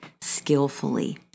skillfully